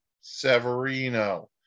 Severino